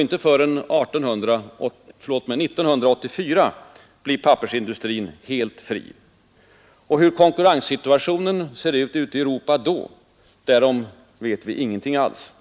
Inte förrän 1984 blir pappersindustrin helt fri. Hur konkurrenssituationen ser ut då i Europa, därom vet vi ingenting alls.